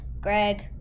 Greg